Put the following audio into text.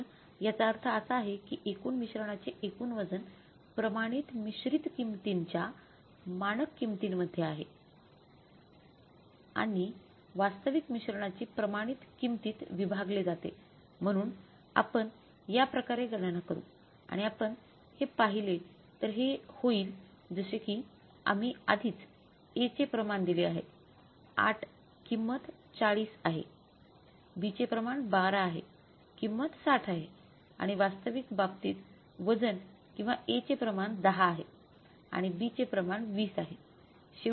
तर याचा अर्थ असा आहे की एकूण मिश्रणाचे एकूण वजन प्रमाणित मिश्रित किंमतीच्या मानक किंमतीमध्ये आणि वास्तविक मिश्रणाची प्रमाणित किंमतीत विभागले जाते म्हणून आपण या प्रकारे गणना करू आणि आपण हे पाहिले तर हे होईल जसे की आम्ही आधीच A चे प्रमाण दिले आहे 8 किंमत 40 आहे B चे प्रमाण 12 आहे किंमत 60 आहे आणि वास्तविक बाबतीत वजन किंवा ए चे प्रमाण 10 आहे आणि B चे प्रमाण 20 आहे